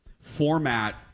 format